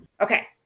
Okay